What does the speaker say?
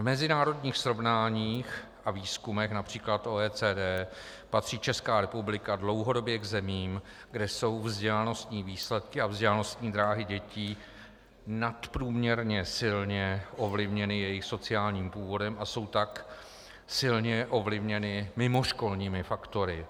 V mezinárodních srovnáních a výzkumech např. OECD patří Česká republika dlouhodobě k zemím, kde jsou vzdělanostní výsledky a vzdělanostní dráhy dětí nadprůměrně silně ovlivněny jejich sociálním původem a jsou tak silně ovlivněny mimoškolními faktory.